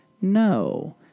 No